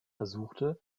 versuchte